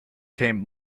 came